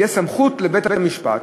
תהיה סמכות לבית-משפט